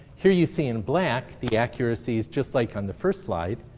here you see in black, the accuracies, just like on the first slide,